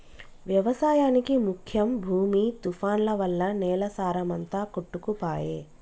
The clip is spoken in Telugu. వ్యవసాయానికి ముఖ్యం భూమి తుఫాన్లు వల్ల నేల సారం అంత కొట్టుకపాయె